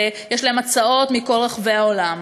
יש להם הצעות מכל רחבי העולם,